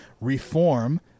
Reform